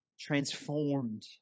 transformed